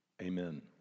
Amen